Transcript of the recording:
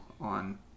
on